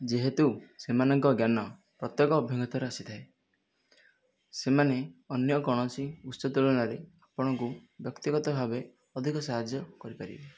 ଯେହେତୁ ସେମାନଙ୍କ ଜ୍ଞାନ ପ୍ରତ୍ୟକ୍ଷ ଅଭିଜ୍ଞତାରୁ ଆସିଥାଏ ସେମାନେ ଅନ୍ୟ କୌଣସି ଉତ୍ସ ତୁଳନାରେ ଆପଣଙ୍କୁ ବ୍ୟକ୍ତିଗତ ଭାବେ ଅଧିକ ସାହାଯ୍ୟ କରିପାରିବେ